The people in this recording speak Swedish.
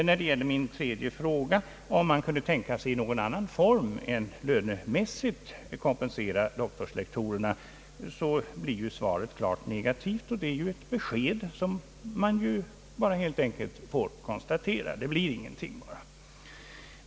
När det gäller min tredje fråga, om man kunde tänka sig någon annan form än lönemässigt att kompensera doktorslektorerna blev svaret klart negativt, och det är ett besked som man helt enkelt bara får konstatera. Det blir ingenting.